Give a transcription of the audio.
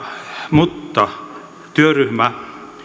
mutta työryhmä